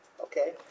Okay